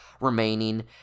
remaining